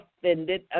offended